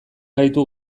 gaitu